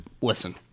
listen